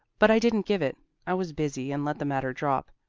but i didn't give it i was busy and let the matter drop,